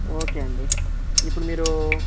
okay అండి ఇప్పుడు మీరు